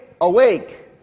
awake